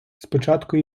спочатку